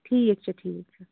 ٹھیٖک چھُ ٹھیٖک چھُ